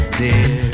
dear